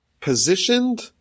positioned